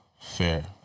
Fair